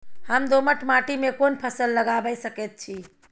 हम दोमट माटी में कोन फसल लगाबै सकेत छी?